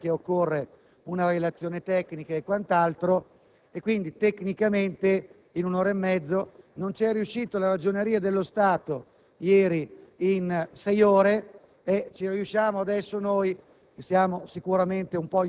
questione difficilmente è emendabile in tempi brevi, anche perché occorre una relazione tecnica e quant'altro. Tecnicamente, in un'ora e mezza non è possibile. La Ragioneria dello Stato